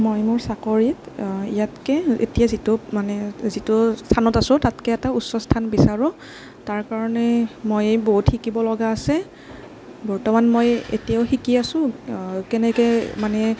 মই মোৰ চাকৰিত ইয়াতকৈ এতিয়া যিটো মানে যিটো স্থানত আছোঁ তাতকৈ এটা উচ্চ স্থান বিচাৰোঁ তাৰ কাৰণে মই বহুত শিকিব লগা আছে বৰ্তমান মই এতিয়াও শিকি আছোঁ কেনেকৈ মানে